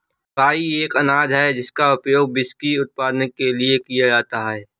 राई एक अनाज है जिसका उपयोग व्हिस्की उत्पादन के लिए किया जाता है